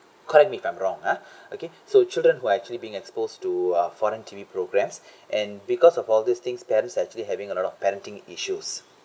correct me if I'm wrong ah okay so children who are actually being exposed to uh foreign T_V programs and because of all these things parents are actually having a lot of parenting issues